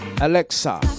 Alexa